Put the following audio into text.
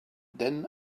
then